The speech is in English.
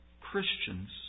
Christians